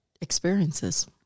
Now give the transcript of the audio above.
experiences